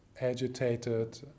agitated